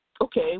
Okay